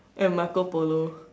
and Marco polo